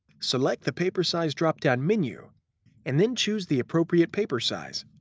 select the paper size drop-down menu and then choose the appropriate paper size.